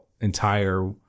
entire